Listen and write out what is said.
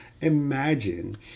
Imagine